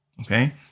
okay